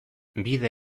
bide